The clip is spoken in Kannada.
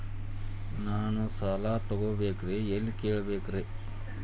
ನಾನು ಸಾಲ ತೊಗೋಬೇಕ್ರಿ ಎಲ್ಲ ಕೇಳಬೇಕ್ರಿ?